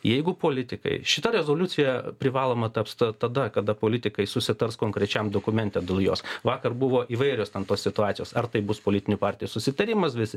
jeigu politikai šita rezoliucija privaloma taps ta tada kada politikai susitars konkrečiam dokumente dėl jos vakar buvo įvairios ten tos situacijos ar tai bus politinių partijų susitarimas visi